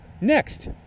Next